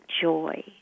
joy